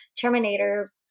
Terminator